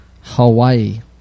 Hawaii